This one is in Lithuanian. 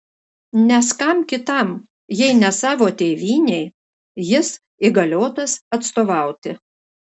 nes kam kitam jei ne savo tėvynei jis įgaliotas atstovauti